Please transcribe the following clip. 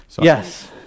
Yes